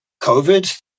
COVID